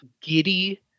giddy